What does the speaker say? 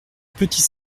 petit